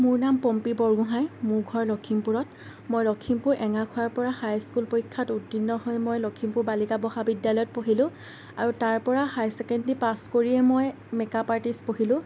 মোৰ নাম পম্পী বৰগোহাঁই মোৰ ঘৰ লখিমপুৰত মই লখিমপুৰ এঙাৰখোৱাৰপৰা হাই স্কুল পৰীক্ষাত উত্তীৰ্ণ হৈ মই লখিমপুৰ বালিকা মহাবিদ্যালয়ত পঢ়িলোঁ আৰু তাৰপৰা হায়াৰ চেকেণ্ডাৰী পাছ কৰিয়ে মই মেকআপ আৰ্টিছ পঢ়িলোঁ